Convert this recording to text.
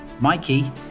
Mikey